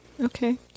Okay